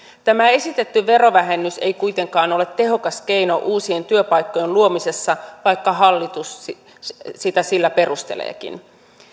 tämä esitetty verovähennys ei kuitenkaan ole tehokas keino uusien työpaikkojen luomisessa vaikka hallitus sitä sillä perusteleekin